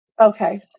Okay